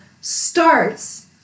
starts